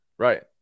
Right